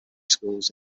schools